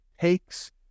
takes